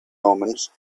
omens